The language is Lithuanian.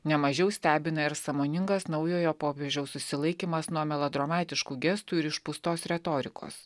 nemažiau stebina ir sąmoningas naujojo popiežiaus susilaikymas nuo melodramatiškų gestų ir išpūstos retorikos